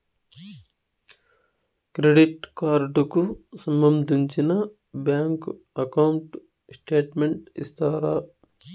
Credit card కు సంబంధించిన bank account statement ఇస్తారా?